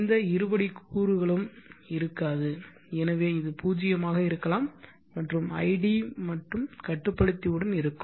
எந்த இருபடி கூறுகளும் இருக்காது எனவே இது பூஜ்ஜியமாக இருக்கலாம் மற்றும் id மட்டும் கட்டுப்படுத்தி உடன் இருக்கும்